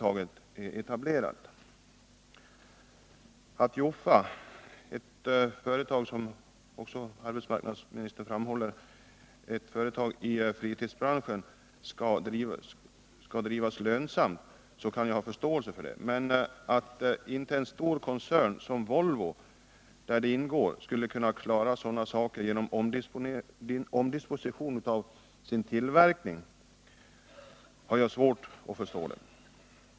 Att Jofa, ett företag i fritidsbranschen, skall drivas lönsamt kan jag ha förståelse för, men att inte en stor koncern som Volvo, som äger Jofa, skulle kunna klara sysselsättningen genom omdisposition av sin tillverkning har jag svårt att förstå.